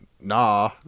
nah